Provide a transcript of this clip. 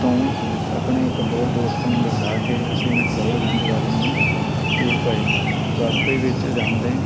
ਤੋਂ ਆਪਣੇ ਇੱਕ ਹੋਰ ਦੋਸਤ ਨੂੰ ਬਿਠਾ ਕੇ ਅਸੀਂ ਮੈਕਲੋਡਗੰਜ਼ ਵੱਲ ਨੂੰ ਤੁਰ ਪਏ ਰਸਤੇ ਵਿੱਚ ਜਾਂਦੇ